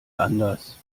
anders